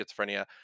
schizophrenia